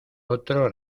otro